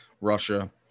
Russia